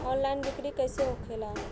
Online बिक्री कैसे होखेला?